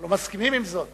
אנחנו לא מסכימים עם זאת.